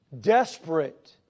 Desperate